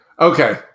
Okay